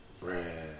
red